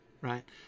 right